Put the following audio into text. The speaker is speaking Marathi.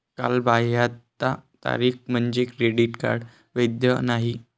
कालबाह्यता तारीख म्हणजे क्रेडिट कार्ड वैध नाही